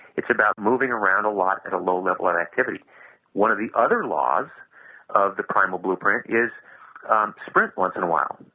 it's about moving around a lot at a low level or activity one of the other laws of the primal blueprint is sprint once in a while,